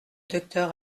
docteur